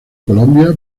colombia